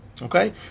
Okay